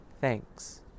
Thanks